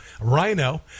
Rhino